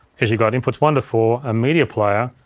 is you've got inputs one to four, a media player,